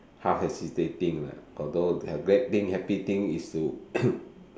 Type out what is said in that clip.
half hesitating ah although have great thing happy thing is to